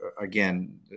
again